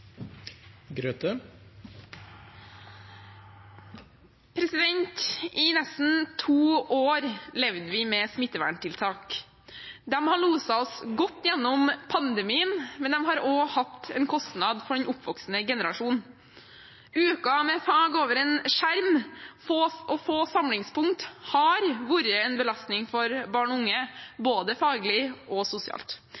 I nesten to år levde vi med smitteverntiltak. De har loset oss godt gjennom pandemien, men de har også hatt en kostnad for den oppvoksende generasjon. Uker med fag over en skjerm og få samlingspunkt har vært en belastning for barn og unge